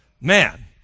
Man